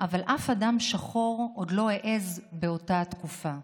אבל אף אדם שחור עוד לא העז באותה התקופה.